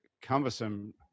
cumbersome